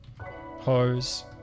hose